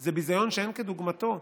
זה ביזיון שאין כדוגמתו.